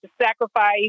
sacrifice